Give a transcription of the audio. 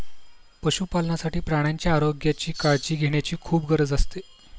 पशुपालनासाठी प्राण्यांच्या आरोग्याची काळजी घेण्याची खूप गरज असते